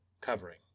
covering